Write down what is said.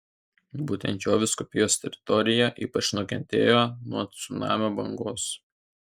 būtent jo vyskupijos teritorija ypač nukentėjo nuo cunamio bangos